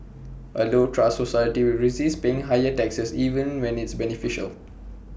A low trust society will resist paying higher taxes even when it's beneficial